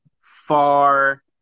far